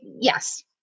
Yes